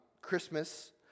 Christmas